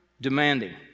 demanding